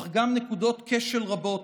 אך גם נקודות כשל רבות,